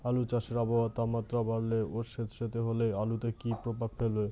আলু চাষে আবহাওয়ার তাপমাত্রা বাড়লে ও সেতসেতে হলে আলুতে কী প্রভাব ফেলবে?